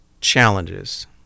challenges